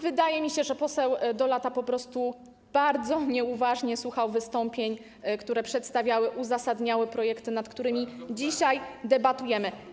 Wydaje mi się, że poseł Dolata po prostu bardzo nieuważnie słuchał wystąpień, które przedstawiały, uzasadniały projekty, nad którymi dzisiaj debatujemy.